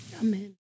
Amen